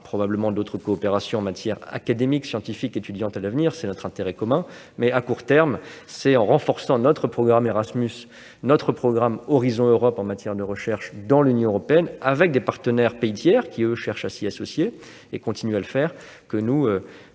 probablement d'autres coopérations en matière académique, scientifique ou étudiante à l'avenir. C'est notre intérêt commun. À court terme, nous devons renforcer notre programme Erasmus, notre programme Horizon Europe en matière de recherche dans l'Union européenne, avec des pays tiers qui cherchent à s'y associer. C'est ainsi que nous